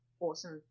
awesome